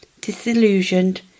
disillusioned